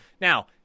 Now